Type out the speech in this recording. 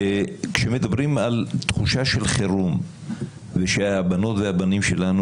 שכאשר מדברים על תחושה של חירום ושהבנות והבנים שלנו